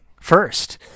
first